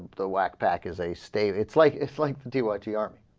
the uac back is a state it's like it's like to do what you um